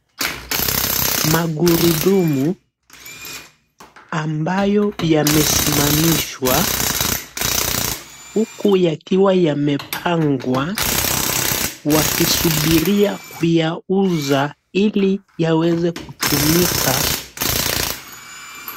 Magurudumu ambayo yamesimamishwa huku yakiwa yamepangwa wakisubiria kuyauza ili yaweze kutumika.